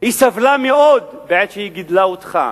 היא סבלה מאוד בעת שהיא גידלה אותך,